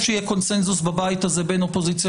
יהיה קונצנזוס בבית הזה בין אופוזיציה